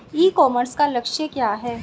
ई commerce का लक्ष्य क्या है?